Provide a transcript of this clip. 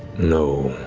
no.